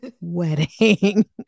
wedding